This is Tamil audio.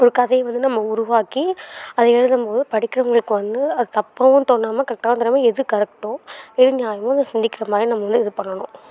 ஒரு கதையை வந்து நம்ம உருவாக்கி அதை எழுதும் போது படிக்கிறவங்களுக்கு வந்து அது தப்பாகவும் தோணாமால் கரெக்டாகவும் தோணாமால் எது கரெக்டோ எது நியாயமோ அத சிந்திக்கிற மாதிரி நம்மளே இது பண்ணணும்